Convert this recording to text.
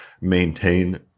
maintain